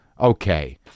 okay